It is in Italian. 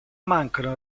mancano